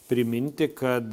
priminti kad